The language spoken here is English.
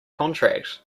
contract